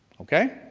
okay?